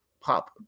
pop